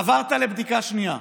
עברת לבדיקה שנייה.